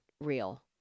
real